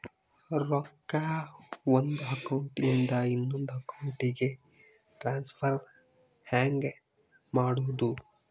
ರೊಕ್ಕ ಒಂದು ಅಕೌಂಟ್ ಇಂದ ಇನ್ನೊಂದು ಅಕೌಂಟಿಗೆ ಟ್ರಾನ್ಸ್ಫರ್ ಹೆಂಗ್ ಮಾಡೋದು?